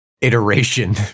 iteration